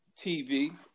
TV